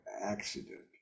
accident